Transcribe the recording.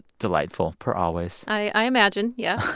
delightful, per always i imagine, yeah.